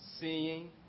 Seeing